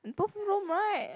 both Rome right